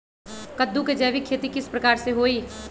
कददु के जैविक खेती किस प्रकार से होई?